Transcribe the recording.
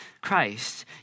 Christ